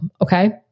Okay